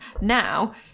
Now